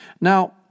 Now